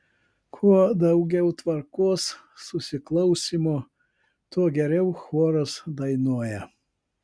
kuo daugiau tvarkos susiklausymo tuo geriau choras dainuoja